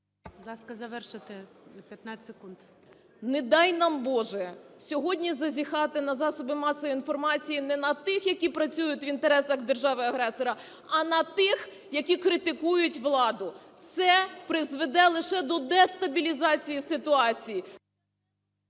Будь ласка, завершити 15 секунд. 20:44:03 СЮМАР В.П. Не дай нам Боже, сьогодні зазіхати на засоби масової інформації, не на тих, які працюють в інтересах держави-агресора, а на тих, які критикують владу. Це призведе лише до дестабілізації ситуації…